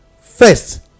First